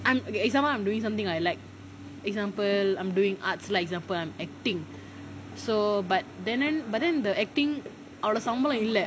I'm okay example I am doing something I like example I'm doing arts like for example I'm acting so but then then but then the acting அவ்ளோ சம்பளம் இல்ல:avlo sambalam illa